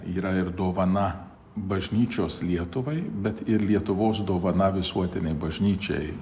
yra ir dovana bažnyčios lietuvai bet ir lietuvos dovana visuotinei bažnyčiai